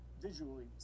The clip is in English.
visually